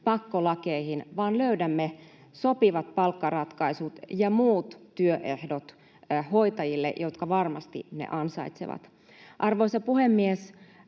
pakkolakeihin vaan löydämme sopivat palkkaratkaisut ja muut työehdot hoitajille, jotka varmasti ne ansaitsevat. Arvoisa puhemies!